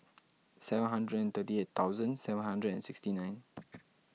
seven hundred and thirty eight thousand seven hundred and sixty nine